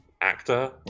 actor